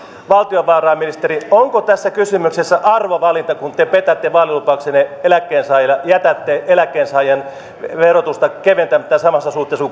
valtiovarainministeri onko tässä kysymyksessä arvovalinta kun te te petätte vaalilupauksenne eläkkeensaajille jätätte eläkkeensaajien verotusta keventämättä samassa suhteessa